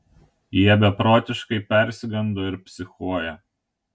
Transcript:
jie beprotiškai persigando ir psichuoja